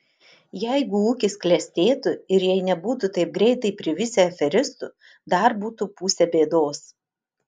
jeigu ūkis klestėtų ir jei nebūtų taip greitai privisę aferistų dar būtų pusė bėdos